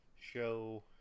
show